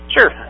Sure